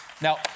Now